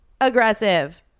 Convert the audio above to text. aggressive